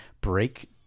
break